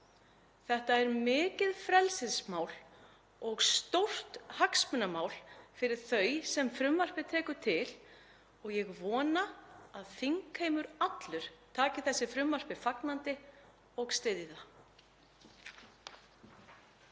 Þetta er mikið frelsismál og stórt hagsmunamál fyrir þau sem frumvarpið tekur til og ég vona að þingheimur allur taki þessu frumvarpi fagnandi og styðji það.